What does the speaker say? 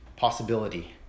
Possibility